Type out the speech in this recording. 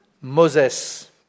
Moses